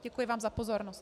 Děkuji vám za pozornost.